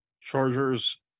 chargers